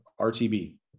RTB